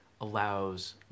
allows